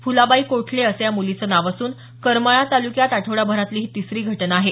फुलाबाई कोठले असं या मुलीचं नाव असून करमाळा ताल्क्यात आठवडाभरातली ही तिसरी घटना आहे